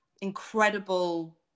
incredible